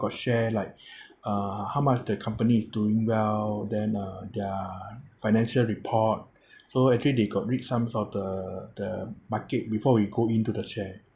got share like uh how much the company is doing well then uh their financial report so actually they got read some of the the market before we go into the share